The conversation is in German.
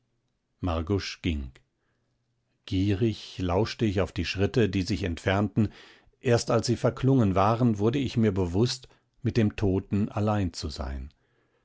margusch ging gierig lauschte ich auf die schritte die sich entfernten erst als sie verklungen waren wurde ich mir bewußt mit dem toten allein zu sein